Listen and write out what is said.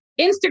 Instagram